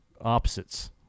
opposites